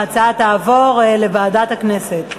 ההצעה תועבר לוועדת הכנסת.